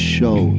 show